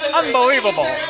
unbelievable